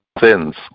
sins